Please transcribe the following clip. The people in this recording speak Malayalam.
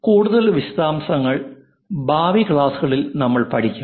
കൂടുതൽ വിശദാംശങ്ങൾ ഭാവി ക്ലാസുകളിൽ നമ്മൾ പഠിക്കും